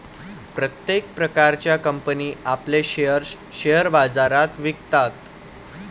प्रत्येक प्रकारच्या कंपनी आपले शेअर्स शेअर बाजारात विकतात